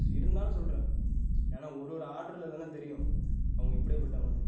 இருந்தாலும் சொல்கிறேன் ஏன்னால் ஒரு ஒரு ஆர்டரில் தான தெரியும் அவங்க எப்படியேப்பட்டவங்கள்னு